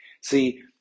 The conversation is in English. See